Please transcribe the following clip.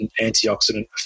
antioxidant